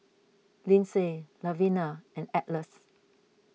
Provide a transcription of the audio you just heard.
Lyndsey Lavina and Atlas